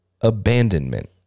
abandonment